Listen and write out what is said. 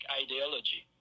ideology